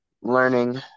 learning